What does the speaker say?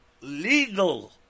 legal